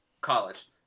college